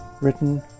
written